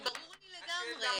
ברור לי לגמרי.